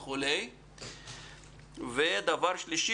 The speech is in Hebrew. ושלישית,